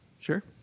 sure